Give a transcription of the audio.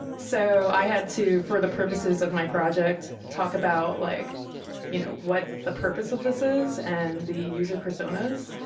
so i had to, for the purposes of my project, talk about like you know what the purpose of this is and the user personas.